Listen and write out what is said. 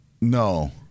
No